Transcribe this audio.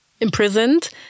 imprisoned